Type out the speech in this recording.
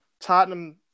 Tottenham